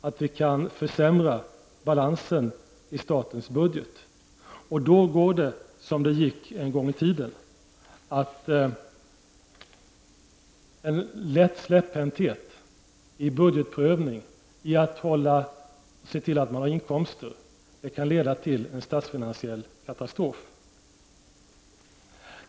Men på så sätt kan balansen i statsbudgeten försämras. Då går det som det gick en gång i tiden, dvs. en lätt släpphänthet i budgetprövningen, som gjorde att det inte fanns tillräckliga inkomster, ledde till en ekonomisk katastrof.